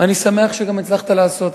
ואני שמח שגם הצלחת לעשות.